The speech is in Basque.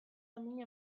domina